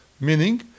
Meaning